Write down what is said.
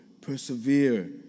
persevere